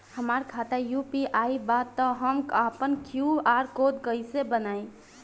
हमार खाता यू.पी.आई बा त हम आपन क्यू.आर कोड कैसे बनाई?